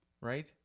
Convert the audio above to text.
Right